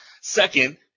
Second